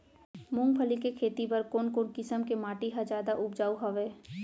मूंगफली के खेती बर कोन कोन किसम के माटी ह जादा उपजाऊ हवये?